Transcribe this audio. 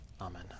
Amen